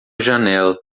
janela